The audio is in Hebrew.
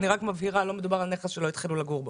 מדובר על נכס שלא התחילו לגור בו.